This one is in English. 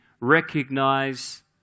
recognize